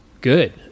good